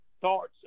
thoughts